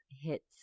hits